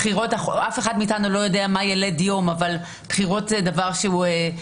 אף אחד מאתנו לא יודע מה ילד יום אבל בחירות זה דבר שיכול